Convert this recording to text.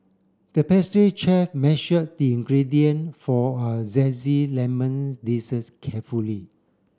the pastry chef measured the ingredient for a lemon desserts carefully